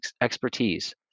expertise